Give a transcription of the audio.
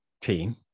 team